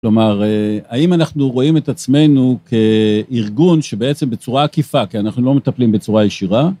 כלומר, האם אנחנו רואים את עצמנו כארגון שבעצם בצורה עקיפה, כי אנחנו לא מטפלים בצורה ישירה?